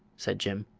said jim.